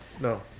no